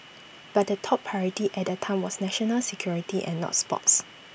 but the top priority at that time was national security and not sports